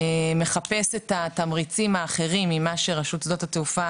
מחפש תמריצים אחרים ממה שרשות שדות התעופה